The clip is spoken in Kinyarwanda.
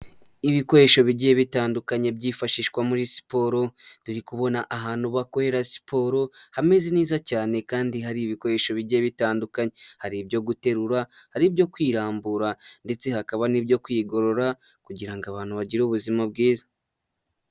Ibikoresho bigiye bitandukanye byifashishwa muri siporo tu kubona ahantu bakorera siporo hameze neza cyane kandi hari ibikoresho bigiye bitandukanye, hari ibyo guterura, hari ibyo kwirambura ndetse hakaba n'ibyo kwigorora kugira abantu bagire ubuzima bwiza.